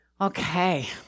Okay